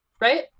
right